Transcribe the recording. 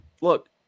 Look